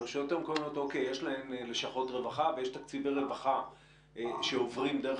לרשויות המקומיות יש לשכות רווחה ויש תקציבי רווחה שעוברים דרך